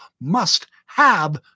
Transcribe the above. must-have